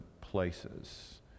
places